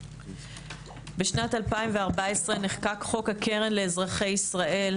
בשנת 2014 נחקק חוק קרן לאזרחי ישראל,